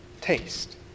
taste